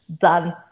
done